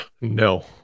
No